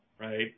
Right